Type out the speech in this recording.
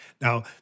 Now